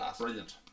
Brilliant